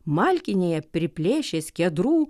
malkinėje priplėšė skiedrų